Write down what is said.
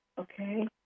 Okay